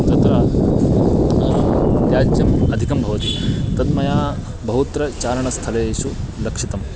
तत्र त्याज्यम् अधिकं भवति तद् मया बहुत्र चारणस्थलेषु लक्षितम्